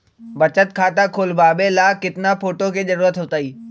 बचत खाता खोलबाबे ला केतना फोटो के जरूरत होतई?